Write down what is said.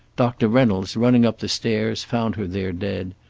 doctor reynolds, running up the stairs, found her there dead,